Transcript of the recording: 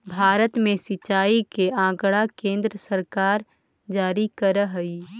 भारत में सिंचाई के आँकड़ा केन्द्र सरकार जारी करऽ हइ